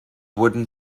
wooden